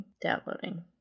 Downloading